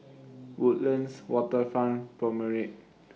Woodlands Waterfront Promenade